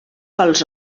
pels